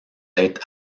être